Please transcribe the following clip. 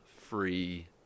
free